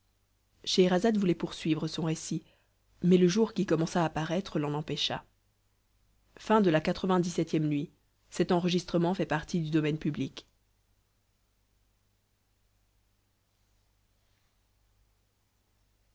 scheherazade voulait poursuivre son récit mais le jour qui commença à paraître l'en empêcha xcviii nuit